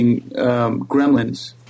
gremlins